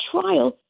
trial